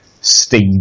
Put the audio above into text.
Steve